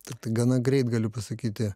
taip tai gana greit galiu pasakyti